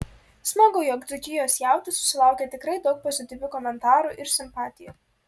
smagu jog dzūkijos jautis susilaukė tikrai daug pozityvių komentarų ir simpatijų